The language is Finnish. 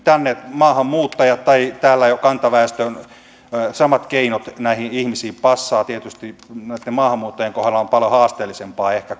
maahanmuuttaja tai täällä jo kantaväestöön kuuluva samat keinot näihin ihmisiin passaavat tietysti näitten maahanmuuttajien kohdalla on paljon haasteellisempaa ehkä